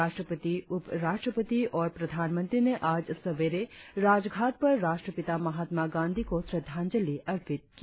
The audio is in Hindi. राष्ट्रपति उपराष्ट्रपति और प्रधानमंत्री ने आज सवेरे राजघाट पर राष्ट्रपिता महात्मा गांधी को श्रद्वांजलि अर्पित की